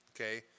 okay